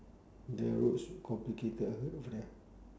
the roads complicated over there